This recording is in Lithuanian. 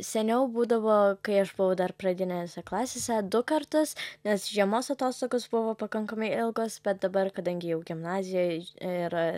seniau būdavo kai aš buvau dar pradinėse klasėse du kartus nes žiemos atostogos buvo pakankamai ilgos bet dabar kadangi jau gimnazijoj ir